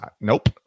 Nope